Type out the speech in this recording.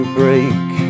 break